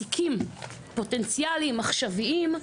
מי שאני לא מצליחה להתמודד זה עם המעסיקים הפוטנציאלים עכשוויים,